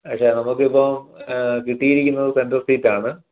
പക്ഷേ നമുക്കിപ്പം കിട്ടിയിരിക്കുന്നത് സെൻറർ സീറ്റ് ആണ്